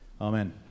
Amen